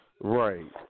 Right